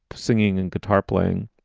singing and guitar playing.